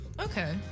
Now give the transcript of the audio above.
Okay